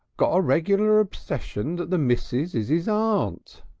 got a regular obsession that the missis is his aunt,